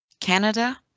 Canada